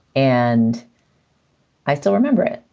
and i still remember it.